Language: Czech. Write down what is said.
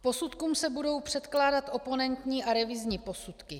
K posudkům se budou předkládat oponentní a revizní posudky.